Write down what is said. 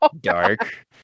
dark